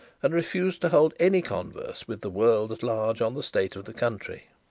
and refused to hold any converse with the world at large on the state of the country.